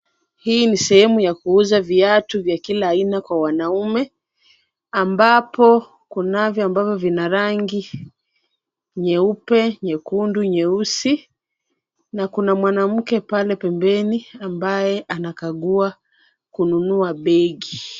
Hii ni sehemu ya kuuza viatu vya kila aina kwa wanaume ambapo kunavyo ambavyo vina rangi nyeupe, nyekundu, nyeusi na kuna mwanamke pale pembeni ambaye anakagua kununua begi .